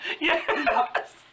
Yes